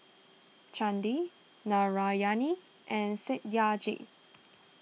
Chandi Narayana and Satyajit